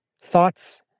thoughts